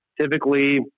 typically